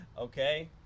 okay